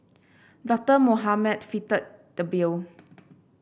Doctor Mohamed fitted the bill